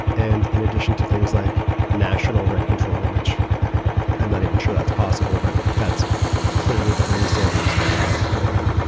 and in addition to things like national rent control, which i'm not even sure that's possible, but that's clearly the bernie sanders one.